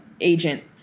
agent